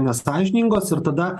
nesąžiningos ir tada